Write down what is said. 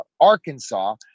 Arkansas